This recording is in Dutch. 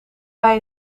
bij